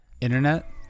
Internet